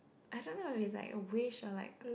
I don't know it's like a wish or like